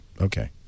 okay